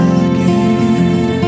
again